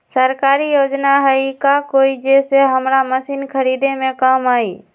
सरकारी योजना हई का कोइ जे से हमरा मशीन खरीदे में काम आई?